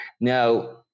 Now